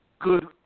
good